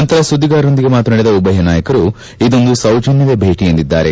ನಂತರ ಸುದ್ದಿಗಾರರೊಂದಿಗೆ ಮಾತನಾಡಿದ ಉಭಯ ನಾಯಕರು ಇದೊಂದು ಸೌಜನ್ನದ ಭೇಟಿ ಎಂದಿದ್ದಾರೆ